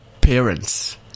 parents